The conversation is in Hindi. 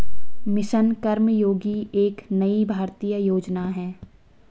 मिशन कर्मयोगी एक नई भारतीय योजना है